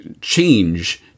change